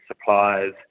suppliers